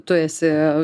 tu esi